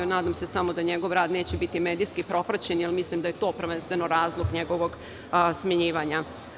Nadam se samo da njegov rad neće biti medijski propraćen, jer mislim da je to prvenstveno razlog njegovog smenjivanja.